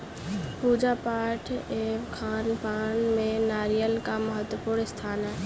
पूजा पाठ एवं खानपान में नारियल का महत्वपूर्ण स्थान रहा है